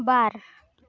ᱵᱟᱨ